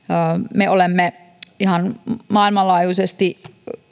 me olemme ihan maailmanlaajuisesti